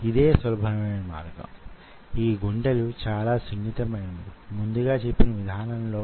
వాటికి సంబంధించిన అన్ని అంశాలు క్షుణ్ణంగా చర్చించుకుందాం